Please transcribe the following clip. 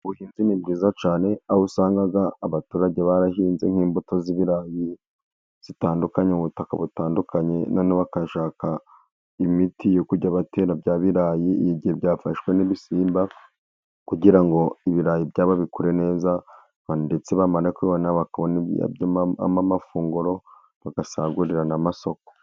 Ni bwiza cyane aho usanga abaturage barahinze nk'imbuto z'ibirayi zitandukanye, ubutaka butandukanye noneho bashaka imiti yo kujya batera bya birayi igihe byafashwe n'ibisimba, kugira ngo ibirayi byabo bikure neza ndetse bibamano kubona bakabona amafunguro bagasagurirana amasoko.